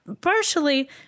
partially